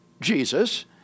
Jesus